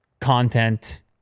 content